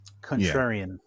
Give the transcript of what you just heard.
Contrarian